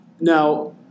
Now